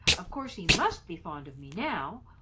of course he must be fond of me now,